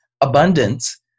abundance